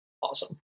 awesome